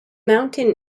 mountain